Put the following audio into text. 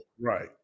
Right